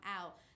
out